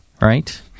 right